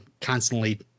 constantly